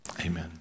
amen